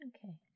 Okay